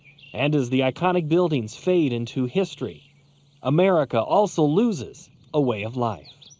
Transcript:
and as the iconic buildings fade into history america also loses a way of life.